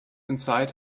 inside